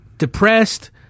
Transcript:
Depressed